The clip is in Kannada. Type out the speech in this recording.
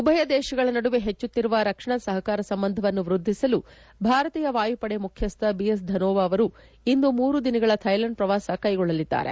ಉಭಯ ದೇಶಗಳ ನಡುವೆ ಹೆಚ್ಚುತ್ತಿರುವ ರಕ್ಷಣಾ ಸಹಕಾರ ಸಂಬಂಧವನ್ನು ವೃದ್ಧಿಸಲು ಭಾರತೀಯ ವಾಯುಪಡೆಯ ಮುಖ್ಕಸ್ಥ ಬಿ ಎಸ್ ಧನೋವಾ ಅವರು ಇಂದು ಮೂರು ದಿನಗಳ ಥೈಲ್ಕಾಂಡ್ ಪ್ರವಾಸವನ್ನು ಕೈಗೊಳ್ಳಲಿದ್ದಾರೆ